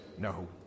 No